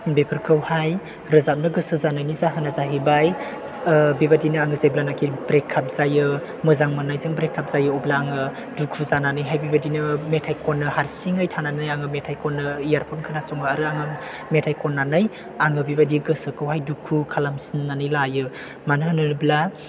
बेफोरखौहाय रोजाबनो गोसो जानायनि जाहोना जाहैबाय बेबायदिनो आङो जेब्लानोखि ब्रेकआप जायो मोजां मोननायजों ब्रेकआप जायो अब्ला आङो दुखु जानानैहाय बेबायदिनो मेथाइ खनो हारसिङै थानानै आङो मेथाइ खनो इयारफ'न खोनासङो आरो आं मेथाइ खननानै आङो बेबायदि गोसोखौहाय दुखु खालामसिननानै लायो मानो होनोब्ला